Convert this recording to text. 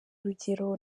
rugero